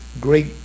great